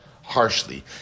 Harshly